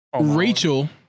Rachel